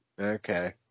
Okay